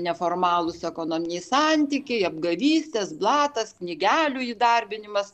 neformalūs ekonominiai santykiai apgavystės blatas knygelių įdarbinimas